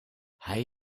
hij